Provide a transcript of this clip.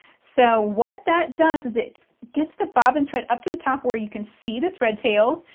so what that does is it gets the bobbin thread up to the top where you can see the thread tails.